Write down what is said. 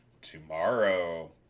tomorrow